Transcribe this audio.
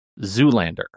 Zoolander